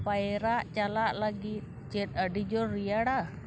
ᱯᱟᱭᱨᱟᱜ ᱪᱟᱞᱟᱜ ᱞᱟᱹᱜᱤᱫ ᱪᱮᱫ ᱟᱹᱰᱤᱡᱳᱨ ᱨᱮᱭᱟᱲᱟ